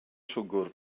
siwgr